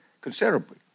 considerably